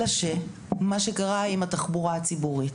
אלא שמה שקרה עם התחבורה הציבורית